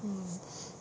mm